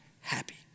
happy